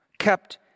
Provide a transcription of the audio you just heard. Kept